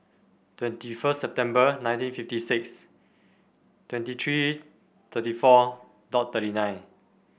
twenty first September nineteen fifty six twenty three thirty four dot thirty nine